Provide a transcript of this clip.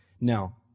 Now